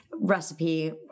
recipe